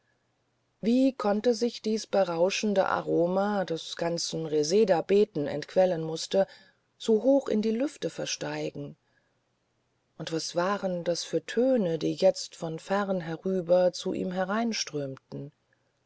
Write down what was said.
wie konnte sich dies berauschende aroma das ganzen resedabeeten entquellen mußte so hoch in die lüfte versteigen und was waren das für töne die jetzt von fern herüber mit ihm